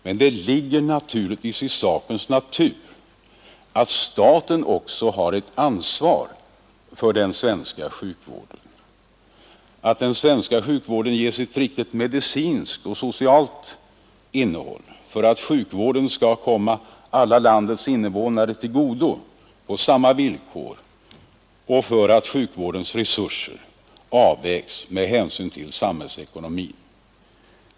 Men det ligger naturligtvis i sakens natur att staten också har ett ansvar för den svenska sjukvården — för att den svenska sjukvården ges ett riktigt medicinskt och socialt innehåll, för att sjukvården skall komma alla landets invånare till godo på samma villkor och för att sjukvårdens resurser avvägs med hänsyn till samhällsekonomin.